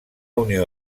unió